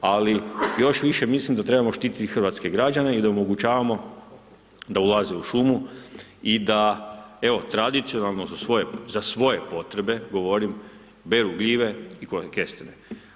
Ali još više mislim da trebamo štititi hrvatske građane i da omogućavamo da ulaze u šumu i da evo tradicionalno za svoje potrebe, govorim beru gljive i kestene.